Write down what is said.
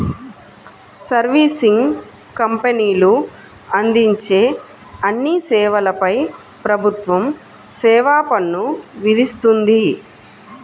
servicing కంపెనీలు అందించే అన్ని సేవలపై ప్రభుత్వం సేవా పన్ను విధిస్తుంది